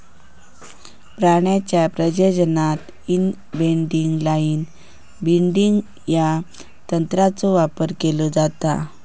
प्राण्यांच्या प्रजननात inbreeding line breeding या तंत्राचो वापर केलो जाता